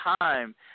time